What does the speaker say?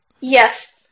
Yes